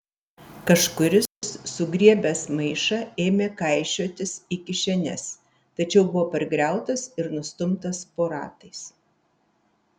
kažkuris sugriebęs maišą ėmė kaišiotis į kišenes tačiau buvo pargriautas ir nustumtas po ratais